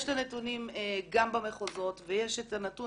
יש את הנתונים גם במחוזות ויש את הנתון